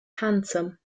handsome